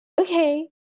Okay